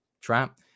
trap